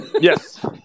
Yes